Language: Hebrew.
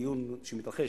דיון שמתרחש,